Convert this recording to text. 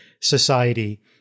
society